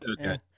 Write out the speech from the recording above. okay